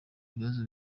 bibazo